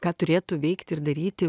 ką turėtų veikti ir daryti